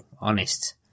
honest